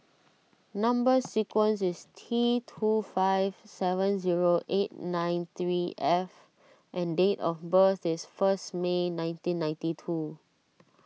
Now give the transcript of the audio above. Number Sequence is T two five seven zero eight nine three F and date of birth is first May nineteen ninety two